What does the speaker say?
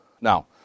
Now